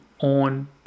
on